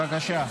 בבקשה.